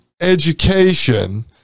education